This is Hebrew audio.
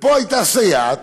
ופה הייתה סייעת